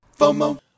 FOMO